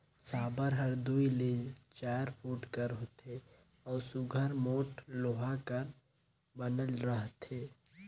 साबर हर दूई ले चाएर फुट कर होथे अउ सुग्घर मोट लोहा कर बनल रहथे